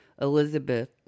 Elizabeth